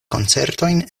koncertojn